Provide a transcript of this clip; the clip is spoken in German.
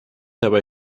dabei